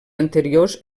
anteriors